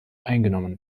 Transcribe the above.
eingenommen